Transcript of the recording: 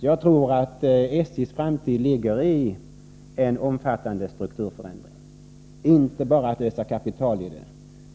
Jag tror därför att SJ:s framtid ligger i en omfattande strukturförändring, inte i att vi bara öser in kapital i företaget.